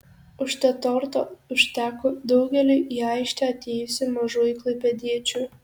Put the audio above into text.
užtat torto užteko daugeliui į aikštę atėjusių mažųjų klaipėdiečių